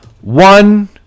one